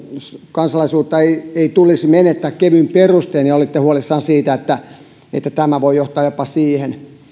kansalaisuutta ei ei tulisi menettää kevyin perustein ja olitte huolissanne siitä että että tämä voi johtaa jopa siihen niin